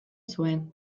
zuen